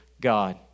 God